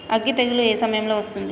అగ్గి తెగులు ఏ సమయం లో వస్తుంది?